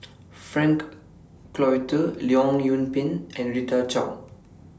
Frank Cloutier Leong Yoon Pin and Rita Chao